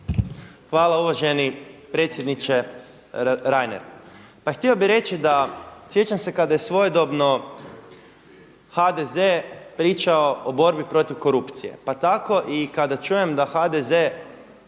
Hvala uvaženi predsjedniče Reiner. Pa htio bih reći da, sjećam se kada je svojedobno HDZ pričao o borbi protiv korupcije, pa tako i kada čujem da HDZ